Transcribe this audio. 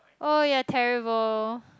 oh you're terrible